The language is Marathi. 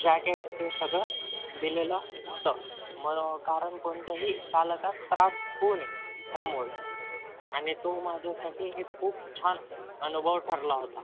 जॅकेट ते सगळं दिलेलं होतं मग कारण कोणत्याही चालकास त्रास होऊ नये ह्यामुळे आणि तो माझ्यासाठी एक खूप छान अनुभव ठरला होता